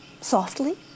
softly